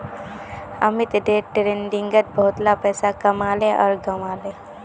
Amit day ट्रेडिंगत बहुतला पैसा कमाले आर गंवाले